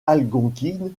algonquine